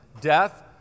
death